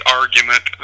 argument